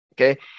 Okay